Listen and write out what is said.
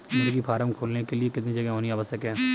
मुर्गी फार्म खोलने के लिए कितनी जगह होनी आवश्यक है?